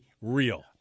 real